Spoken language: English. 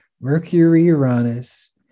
Mercury-Uranus